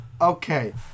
Okay